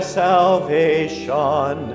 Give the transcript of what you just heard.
salvation